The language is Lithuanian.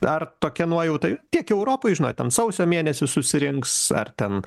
ar tokia nuojauta tiek europoj žinot ten sausio mėnesį susirinks ar ten